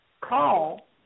call